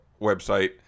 website